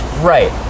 right